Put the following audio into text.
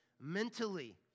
mentally